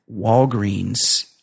Walgreens